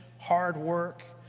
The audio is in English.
hard work,